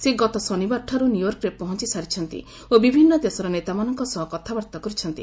ସେ ଗତ ଶନିବାରଠାରୁ ନ୍ୟୁୟର୍କରେ ପହଞ୍ଚସାରିଛନ୍ତି ଓ ବିଭିନ୍ନ ଦେଶର ନେତାମାନଙ୍କ ସହ କଥାବାର୍ତ୍ତା କରିଛନ୍ତି